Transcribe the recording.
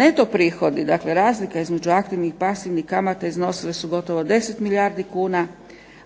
Neto prihodi, dakle razlika između aktivnih i pasivnih kamata iznosile su gotovo 10 milijardi kuna,